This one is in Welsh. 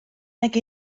nag